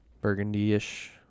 Burgundy-ish